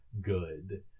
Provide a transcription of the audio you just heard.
good